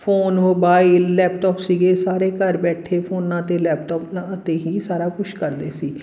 phone mobile laptop ਸੀਗੇ ਸਾਰੇ ਘਰ ਬੈਠੇ ਫ਼ੋਨਾਂ 'ਤੇ ਲੈਪਟੋਪ ਨ 'ਤੇ ਹੀ ਸਾਰਾ ਕੁਛ ਕਰਦੇ ਸੀ